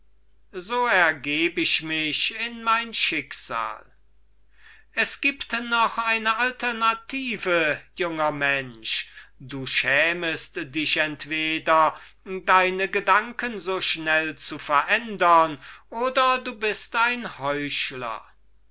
so ergeb ich mich in mein schicksal es gibt noch eine alternative junger mensch du schämest dich entweder deine gedanken so schnell zu verändern oder du bist ein heuchler